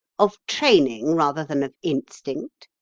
of training rather than of instinct?